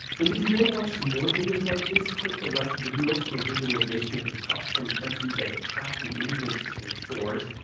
and if you want to watch some more videos like this, click the left video for a visualization of the top ten countries at attracting immigrants to their shores,